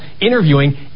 interviewing